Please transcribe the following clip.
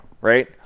right